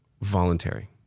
voluntary